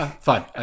Fine